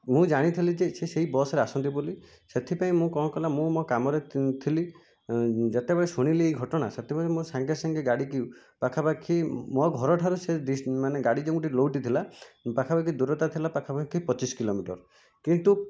ମୁଁ ଜାଣିଥିଲି ଯେ ସେ ସେହି ବସ୍ରେ ଆସନ୍ତି ବୋଲି ସେଥିପାଇଁ ମୁଁ କ'ଣ କଲି ନା ମୁଁ ମୋ' କାମରେ ଥିଲି ଯେତେବେଳେ ମୁଁ ଶୁଣିଲି ଏହି ଘଟଣା ସେତେବେଳେ ମୋ' ସାଙ୍ଗେ ସାଙ୍ଗେ ଗାଡ଼ିକି ପାଖାପାଖି ମୋ' ଘରଠାରୁ ସେ ମାନେ ଗାଡ଼ି ଯେଉଁଠି ଲେଉଟି ଥିଲା ପାଖାପାଖି ଦୂରତା ଥିଲା ପାଖାପାଖି ପଚିଶ କିଲୋମିଟର କିନ୍ତୁ